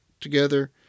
together